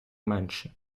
менше